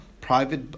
private